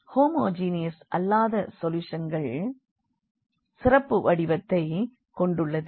homogeneous அல்லாத சொல்யூஷன்கள் சிறப்பு வடிவத்தை கொண்டுள்ளது